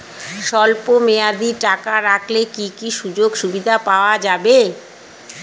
স্বল্পমেয়াদী টাকা রাখলে কি কি সুযোগ সুবিধা পাওয়া যাবে?